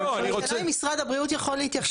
השאלה אם משרד הבריאות יכול להתייחס.